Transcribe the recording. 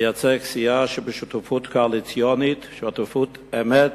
מייצג סיעה שהיא בשותפות קואליציונית, שותפות אמת